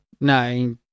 No